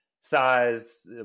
size